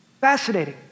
Fascinating